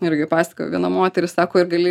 irgi pasakojo viena moteris sako ir gali